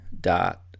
dot